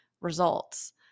results